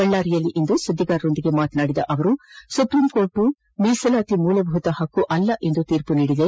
ಬಳ್ಳಾರಿಯಲ್ಲಿಂದು ಸುದ್ದಿಗಾರರೊಂದಿಗೆ ಮಾತನಾಡಿದ ಅವರು ಸುಪ್ರೀಂಕೋರ್ಟ್ ಮೀಸಲಾತಿ ಮೂಲಭೂತ ಹಕ್ಕು ಅಲ್ಲ ಎಂದು ತೀರ್ಪು ನೀಡಿದೆ